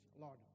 Lord